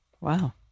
Wow